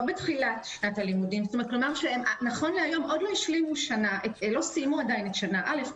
בתחילת שנת הלימודים ונכון להיום עוד לא סיימו את שנה א',